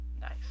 Nice